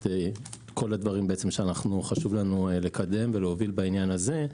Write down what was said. את כל הדברים שחשוב לנו לקדם ולהוביל בעניין הזה.